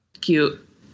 Cute